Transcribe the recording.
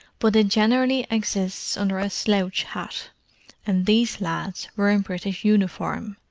but it generally exists under a slouch hat and these lads were in british uniform,